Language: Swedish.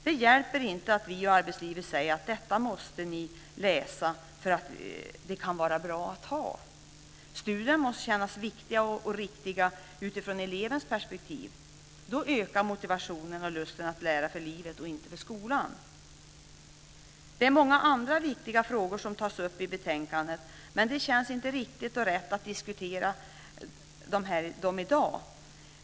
Det hjälper inte att vi och andra ute i arbetslivet säger att detta måste läsas för att det kan vara bra att ha. Studierna måste kännas viktiga och riktiga utifrån elevens perspektiv. Då ökar motivationen och lusten att lära för livet och inte för skolan. Det är många andra viktiga frågor som tas upp i betänkandet, men det känns inte riktigt och rätt att diskutera dem i dag.